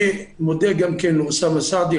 אני גם מודה לאוסאמה סעדי.